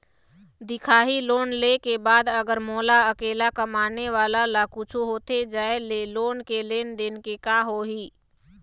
दिखाही लोन ले के बाद अगर मोला अकेला कमाने वाला ला कुछू होथे जाय ले लोन के लेनदेन के का होही?